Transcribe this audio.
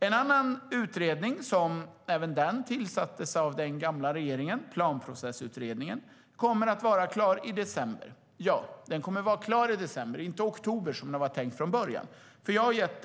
En annan utredning är Planprocessutredningen, som även den tillsattes av den gamla regeringen och som blir klar i december, inte i oktober som det från början var tänkt.